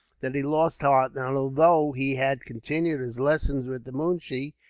that he lost heart and although he had continued his lessons with the moonshee,